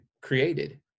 created